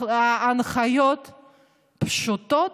הנחיות פשוטות,